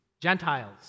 Gentiles